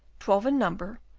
twelve in number,